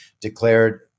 declared